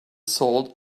salt